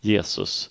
Jesus